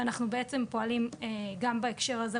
ואנחנו בעצם פועלים גם בהקשר הזה,